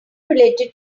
related